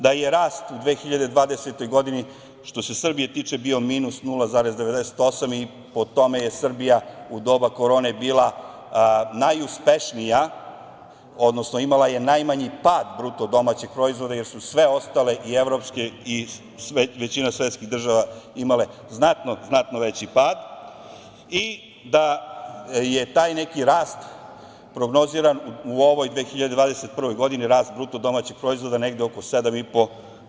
Da je rast u 2020. godini, što se Srbije tiče bio minus 0,98 i po tome je Srbija u doba korone je bila najuspešnija, odnosno imala je najmanji pad bruto domaćeg proizvoda, jer su sve ostale i evropske i većina svetskih država imale znatno veći pad i da je taj neki rast prognoziran u ovoj 2021. godini, rast bruto domaćih proizvoda negde oko 7,5%